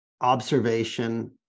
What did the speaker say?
observation